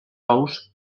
ous